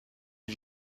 les